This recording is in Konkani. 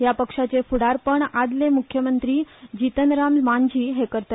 ह्या पक्षाचे फुडारपण आदले मुख्यमंत्रु जितनराम मांझी हे करतात